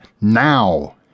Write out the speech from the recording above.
Now